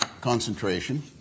concentration